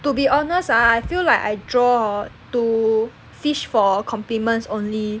to be honest ah I feel like I draw to fish for compliments only